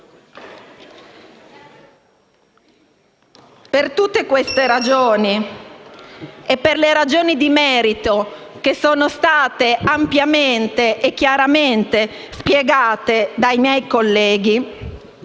Per tutte queste ragioni, per le ragioni di merito che sono state ampiamente e chiaramente spiegate dai miei colleghi